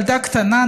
ילדה קטנה,